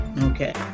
Okay